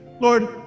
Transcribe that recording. Lord